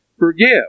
forgive